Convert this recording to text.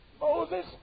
Moses